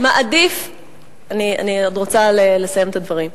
אני עוד רוצה לסיים את הדברים.